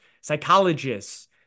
psychologists